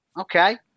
okay